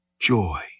joy